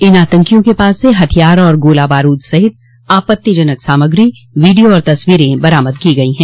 इन आतंकियों के पास से हथियार और गोला बारूद सहित आपत्तिजनक सामग्री वीडियो और तस्वीरें बरामद की गई हैं